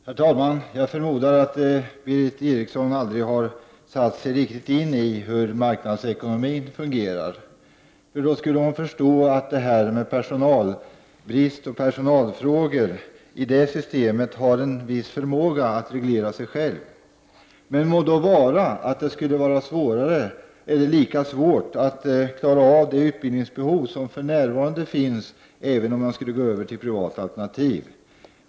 Herr talman! Jag förmodar att Berith Eriksson aldrig riktigt har satt sig in i hur marknadsekonomi fungerar. I så fall skulle hon förstå att detta med personalbrist och personalfrågor har en viss förmåga att reglera sig självt i ett sådant system. Det må vara att det skulle vara svårare, eller lika svårt, att klara det utbildningsbehov som för närvarande finns, även om man skulle gå över till privata alternativ.